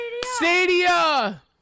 Stadia